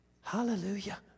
Hallelujah